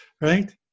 right